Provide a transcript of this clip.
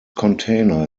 container